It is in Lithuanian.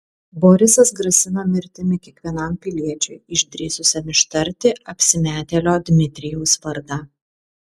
borisas grasino mirtimi kiekvienam piliečiui išdrįsusiam ištarti apsimetėlio dmitrijaus vardą